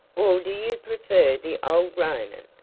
or do you prefer the old roman?